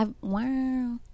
Wow